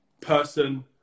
person